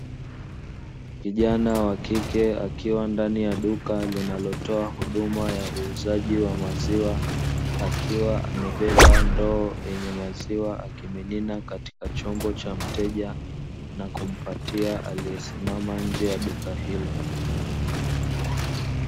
Kijana wa kike akiwa ndani ya duka linalotoa huduma ya uuzaji wa maziwa, akiwa amebeba ndoo yenye maziwa akimimina katika chombo cha mteja, na kumpatia aliyesimama nje ya duka hilo.